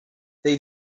they